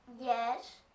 Yes